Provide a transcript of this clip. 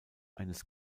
eines